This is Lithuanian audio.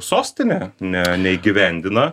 sostinė ne neįgyvendina